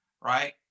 right